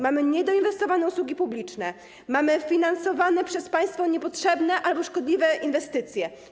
Mamy niedoinwestowane usługi publiczne, mamy finansowane przez państwo niepotrzebne albo szkodliwe inwestycje.